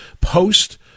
post